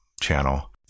channel